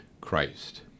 Christ